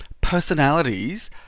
personalities